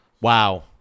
Wow